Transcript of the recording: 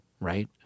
right